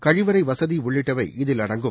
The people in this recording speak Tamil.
கழிவறை வசதி உள்ளிட்டவை இதில் அடங்கும்